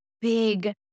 big